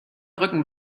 brücken